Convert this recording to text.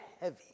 heavy